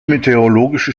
meteorologische